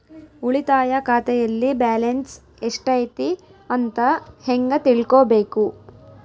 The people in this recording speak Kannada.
ಉಳಿತಾಯ ಖಾತೆಯಲ್ಲಿ ಬ್ಯಾಲೆನ್ಸ್ ಎಷ್ಟೈತಿ ಅಂತ ಹೆಂಗ ತಿಳ್ಕೊಬೇಕು?